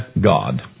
God